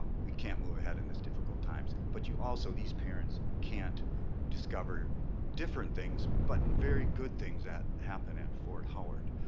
ah we can't move ahead in these difficult times. but you also, these parents can't discover different things but and very good things that happen at fort howard.